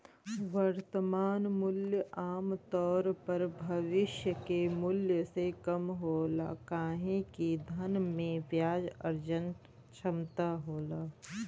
वर्तमान मूल्य आमतौर पर भविष्य के मूल्य से कम होला काहे कि धन में ब्याज अर्जन क्षमता होला